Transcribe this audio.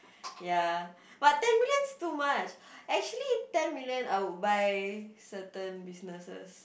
ya but ten million is too much actually ten million I would buy certain businesses